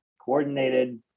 coordinated